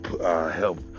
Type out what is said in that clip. help